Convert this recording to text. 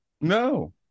No